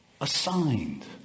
assigned